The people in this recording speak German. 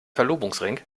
verlobungsring